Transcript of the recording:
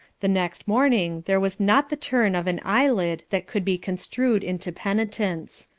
the next morning there was not the turn of an eyelid that could be construed into penitence.